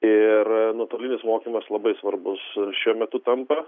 ir nuotolinis mokymas labai svarbus šiuo metu tampa